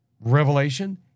revelation